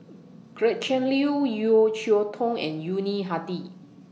Gretchen Liu Yeo Cheow Tong and Yuni Hadi